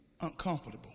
uncomfortable